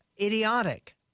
idiotic